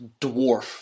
dwarf